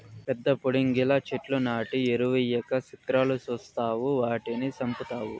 పెద్ద పుడింగిలా చెట్లు నాటి ఎరువెయ్యక సిత్రాలు సూస్తావ్ వాటిని సంపుతావ్